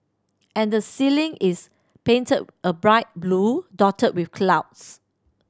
and the ceiling is painted a bright blue dotted with clouds